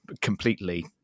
completely